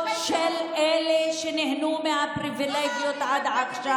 של אלה שנהנו מהפריבילגיות עד עכשיו.